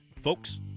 Folks